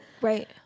Right